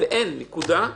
יש אינטרס צבאי.